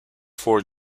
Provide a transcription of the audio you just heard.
four